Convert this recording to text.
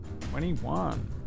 twenty-one